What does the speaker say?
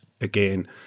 again